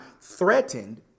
threatened